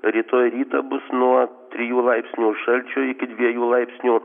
rytoj rytą bus nuo trijų laipsnių šalčio iki dviejų laipsnių